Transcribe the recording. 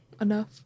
Enough